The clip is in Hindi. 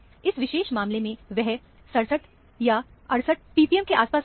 इस विशेष मामले में वह 67 या 68 ppm के आसपास आएगा